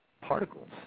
particles